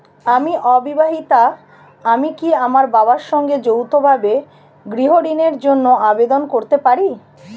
আমি অবিবাহিতা আমি কি আমার বাবার সঙ্গে যৌথভাবে গৃহ ঋণের জন্য আবেদন করতে পারি?